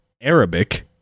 Arabic